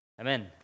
Amen